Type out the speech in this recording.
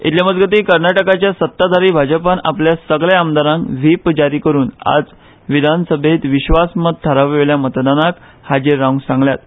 इतले मजगती कर्नाटकाच्या सत्ताधारी भाजपान आपल्या सगल्या आमदारांक व्हीप जारी करुन आज विधानसभेत विश्वासमत थारावावेल्या मतदानाक हाजीर रावंक सांगल्यात